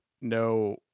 no